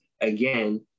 again